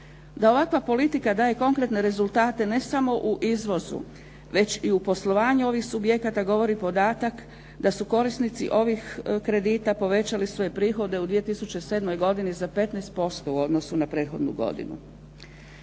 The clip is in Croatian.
Da ovakva politika daje konkretne rezultate ne samo u izvozu već i u poslovanju ovih subjekata govori podatak da su korisnici ovih kredita povećali svoje prihode u 2007. godini za 15% u odnosu na prethodnu godinu.